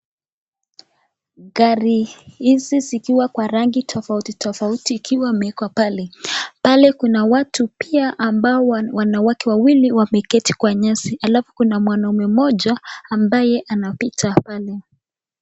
Gari hizi zikiwa kwa rangi tofauti tofauti ikiwa imeekwa pale. Pale kuna watu pia ambao wanawake wawili wameketi kwa nyasi alafu kuna mwanaume mmoja ambaye anapita pale.